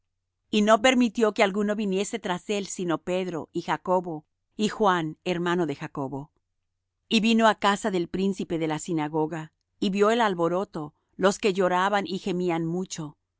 y no permitió que alguno viniese tras él sino pedro y jacobo y juan hermano de jacobo y vino á casa del príncipe de la sinagoga y vió el alboroto los que lloraban y gemían mucho y